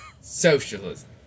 Socialism